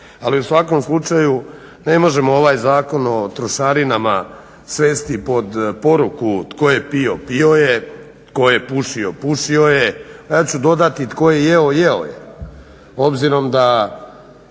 ali u svakom slučaju ne možemo ovaj Zakon o trošarinama svesti pod poruku tko je pio, pio je, tko je pušio, pušio je, ja ću dodati tko je jeo, jeo je obzirom da